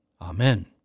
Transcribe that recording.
Amen